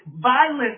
violence